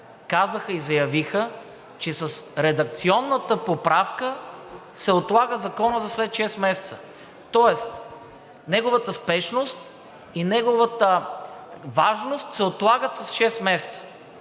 казаха и заявиха, че с редакционната поправка се отлага Законът за след шест месеца, тоест неговата спешност и неговата важност се отлагат с шест месеца.